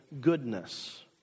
goodness